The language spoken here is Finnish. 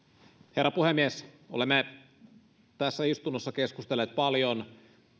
herra puhemies olemme tässä istunnossa keskustelleet paljon